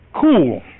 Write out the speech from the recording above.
cool